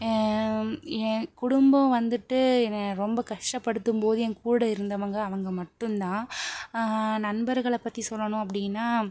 என் குடும்பம் வந்துட்டு என்னை ரொம்ப கஷ்டப்படுத்தும் போது என்கூட இருந்தவங்க அவங்க மட்டுந்தான் நண்பர்களை பற்றி சொல்லணும் அப்படின்னா